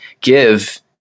give